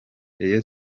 rayon